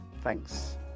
Thanks